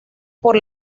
por